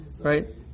right